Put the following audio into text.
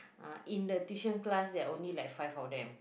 uh in the tuition class there are only like five of them